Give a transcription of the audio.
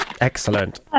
Excellent